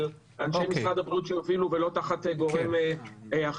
של אנשי משרד הבריאות שיובילו ולא תחת גורם אחר,